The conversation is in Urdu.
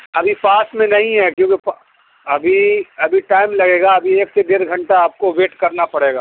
ابھی پاس میں نہیں ہے کیونکہ ابھی ابھی ٹائم لگے گا ابھی ایک سے ڈیڑھ گھنٹہ آپ کو ویٹ کرنا پڑے گا